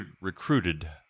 recruited